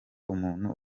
umuntu